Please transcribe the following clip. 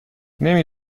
نمی